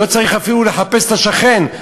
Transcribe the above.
אפילו לא צריך לחפש את השכן,